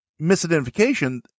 misidentification